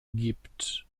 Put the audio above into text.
gibt